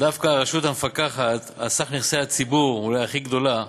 דווקא הרשות המפקחת על סך נכסי הציבור אולי הכי גדולה,